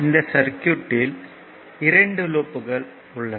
இந்த சர்க்யூட்யில் 2 லூப்கள் உள்ளன